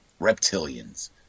Reptilians